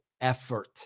effort